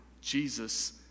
Jesus